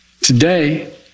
Today